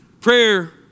Prayer